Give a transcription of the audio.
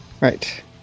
right